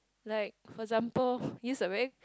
like for example use a very